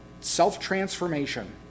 self-transformation